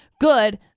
good